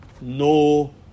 No